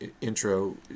intro